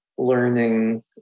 learning